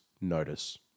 notice